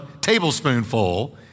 tablespoonful